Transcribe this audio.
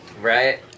Right